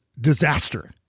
disaster